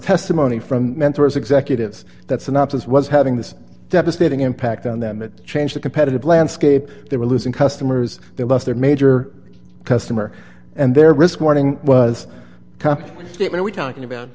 testimony from mentors executives that synopses was having this devastating impact on them it changed the competitive landscape they were losing customers they lost their major customer and their risk warning was we were talking about